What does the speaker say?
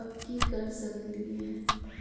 अब की कर सकली हई?